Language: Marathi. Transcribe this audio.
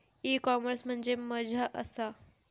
ई कॉमर्स म्हणजे मझ्या आसा?